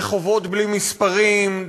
רחובות בלי מספרים,